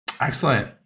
Excellent